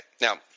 now